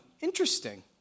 Interesting